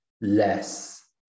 less